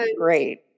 great